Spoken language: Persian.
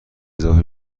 اضافه